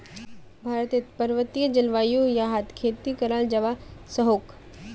भारतेर पर्वतिये जल्वायुत याहर खेती कराल जावा सकोह